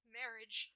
marriage